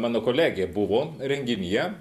mano kolegė buvo renginyje